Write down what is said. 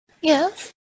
Yes